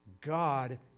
God